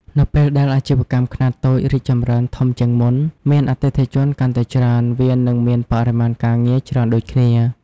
នៅពេលដែលអាជីវកម្មខ្នាតតូចរីកចម្រើនធំជាងមុន មានអតិថិជនកាន់តែច្រើន វានឹងមានបរិមាណការងារច្រើនដូចគ្នា។